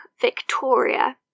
Victoria